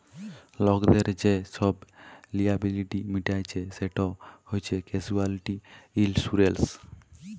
লকদের যে ছব লিয়াবিলিটি মিটাইচ্ছে সেট হছে ক্যাসুয়ালটি ইলসুরেলস